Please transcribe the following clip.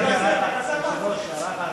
הערה אחת,